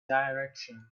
direction